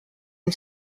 une